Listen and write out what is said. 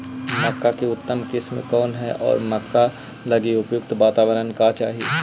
मक्का की उतम किस्म कौन है और मक्का लागि उपयुक्त बाताबरण का चाही?